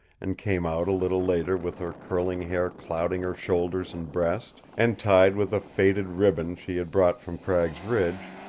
and came out a little later with her curling hair clouding her shoulders and breast, and tied with a faded ribbon she had brought from cragg's ridge,